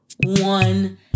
one